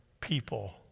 people